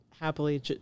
happily